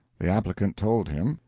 the applicant told him,